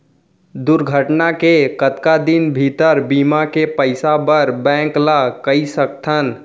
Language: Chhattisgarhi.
दुर्घटना के कतका दिन भीतर बीमा के पइसा बर बैंक ल कई सकथन?